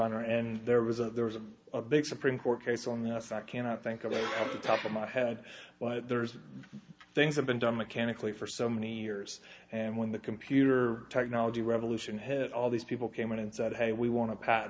honor and there was a there was a big supreme court case on this i cannot think of the top of my head but there's things have been done mechanically for so many years and when the computer technology revolution hit all these people came in and said hey we want to pat